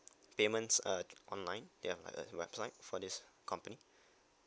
payments uh online ya like a website for this company